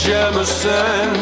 Jemison